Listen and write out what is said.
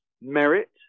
merit